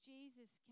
Jesus